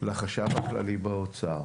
לחשב הכללי באוצר,